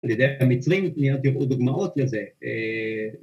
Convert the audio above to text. ע"י המצרים, ‫מיד תראו עוד דוגמאות לזה.